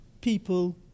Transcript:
people